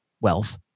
wealth